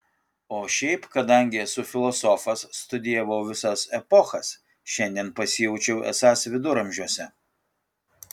o šiaip kadangi esu filosofas studijavau visas epochas šiandien pasijaučiau esąs viduramžiuose